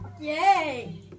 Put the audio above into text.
Yay